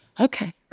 Okay